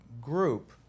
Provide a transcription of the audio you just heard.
group